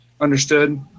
Understood